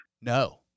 no